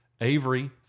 Avery